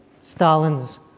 Stalin's